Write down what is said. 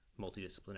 multidisciplinary